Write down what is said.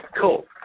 Cool